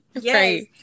Yes